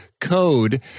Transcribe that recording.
code